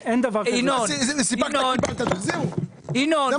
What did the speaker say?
אני לא